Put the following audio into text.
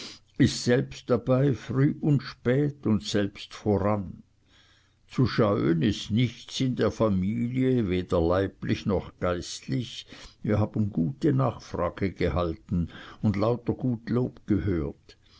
ist selbst dabei früh und spät und selbst voran zu scheuen ist nichts in der familie weder leiblich noch geistlich wir haben gute nachfrage gehalten und lauter gut lob gehört